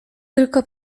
tylko